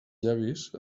llavis